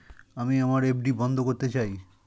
আমি আমার এফ.ডি বন্ধ করতে চাই